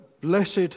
Blessed